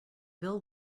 bill